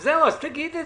אחרי שטיפלנו